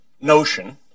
notion